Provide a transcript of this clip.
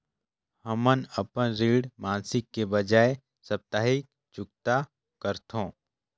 हमन अपन ऋण मासिक के बजाय साप्ताहिक चुकता करथों